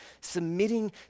submitting